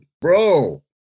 bro